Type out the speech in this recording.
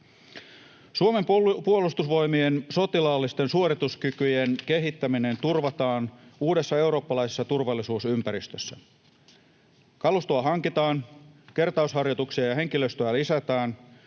Suomen puolustusvoimien sotilaallisten suorituskykyjen kehittäminen turvataan uudessa eurooppalaisessa turvallisuusympäristössä: kalustoa hankitaan, kertausharjoituksia ja henkilöstöä lisätään